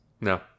No